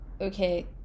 okay